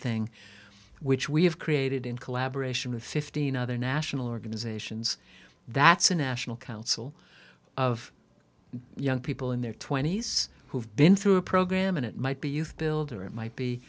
thing which we have created in collaboration with fifteen other national organizations that's a national council of young people in their twenty's who have been through a program and it might be youth build or it might be